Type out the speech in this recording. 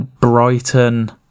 Brighton